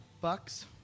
Bucks